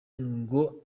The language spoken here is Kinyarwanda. ngo